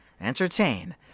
entertain